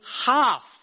half